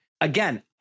Again